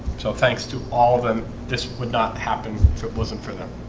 so thanks to all of them. this would not happen if it wasn't for them